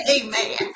Amen